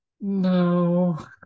No